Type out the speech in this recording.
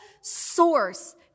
source